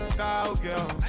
cowgirl